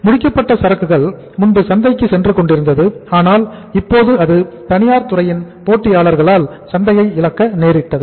முடிக்கப்பட்ட சரக்குகள் முன்பு சந்தைக்கு சென்று கொண்டிருந்தது ஆனால் இப்போது அது தனியார் துறையின் போட்டியாளர்களால் சந்தையை இழக்க நேரிட்டது